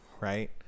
right